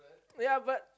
ya but